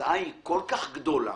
ההוצאה היא מאוד גדולה.